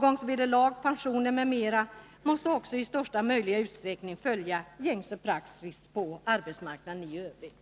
Avgångsvederlag, pensioner m.m. måste också i största möjliga utsträckning följa gängse praxis på arbetsmarknaden i övrigt.